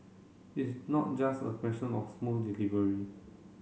it's not just a question of smooth delivery